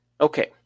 Okay